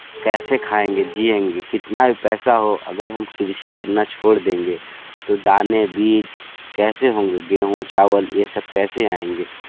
कैसे खाएंगे जिएंगे कितना भी पैसा हो अगर हम कृषि करना छोड़ देंगे तो दाने बीच कैसे होंगे गेहूँ चावल यह सब कैसे आएंगे